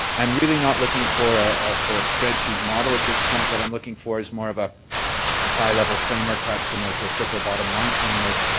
i'm really not looking for ah for a spreadsheet model at this point. what i'm looking for is more of ah a high-level framework perhaps similar t to a triple bottom lie and framework.